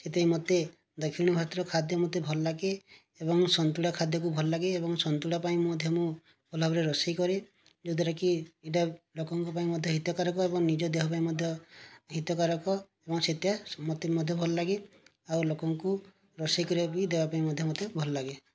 ସେଥିପାଇଁ ମୋତେ ଦକ୍ଷିଣ ଭାରତର ଖାଦ୍ୟ ମୋତେ ଭଲଲାଗେ ଏବଂ ସନ୍ତୁଳା ଖାଦ୍ୟକୁ ଭଲଲାଗେ ଏବଂ ସନ୍ତୁଳା ପାଇଁ ମଧ୍ୟ ମୁଁ ଭଲ ଭାବରେ ରୋଷେଇକରେ ଯଦ୍ଦ୍ୱାରା କି ଏଇଟା ଲୋକଙ୍କ ପାଇଁ ହିତକାରକ ଏବଂ ନିଜ ଦେହ ପାଇଁ ମଧ୍ୟ ହିତକାରକ ଏବଂ ସେଇଟା ସମସ୍ତଙ୍କୁ ମଧ୍ୟ ଭଲଲାଗେ ଆଉ ଲୋକଙ୍କୁ ରୋଷେଇ କରିକି ଦେବାପାଇଁ ମଧ୍ୟ ମୋତେ ଭଲଲାଗେ